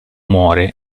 muore